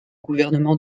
gouvernement